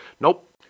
Nope